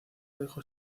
dejó